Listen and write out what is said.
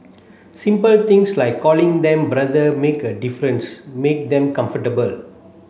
simple things like calling them brother make a difference make them comfortable